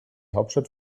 hauptstadt